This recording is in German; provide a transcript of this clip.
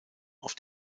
auf